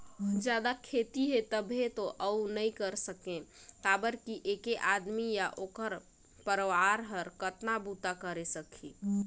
जादा खेती हे तभे तो अउ नइ कर सके काबर कि ऐके आदमी य ओखर परवार हर कतना बूता करे सकही